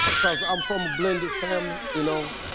cause i'm from a blended family you know,